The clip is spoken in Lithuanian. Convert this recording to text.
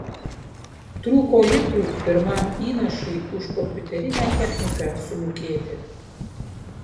trūko litų pirmam įnašui už kompiuterinę techniką sumokėti